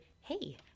hey